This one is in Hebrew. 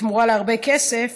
בתמורה להרבה כסף,